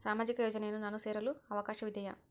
ಸಾಮಾಜಿಕ ಯೋಜನೆಯನ್ನು ನಾನು ಸೇರಲು ಅವಕಾಶವಿದೆಯಾ?